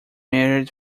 married